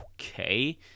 Okay